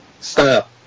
Stop